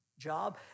job